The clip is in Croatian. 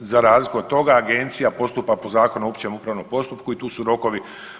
Za razliku od toga, agencija postupa po Zakonu o općem upravnom postupku i tu su rokovi.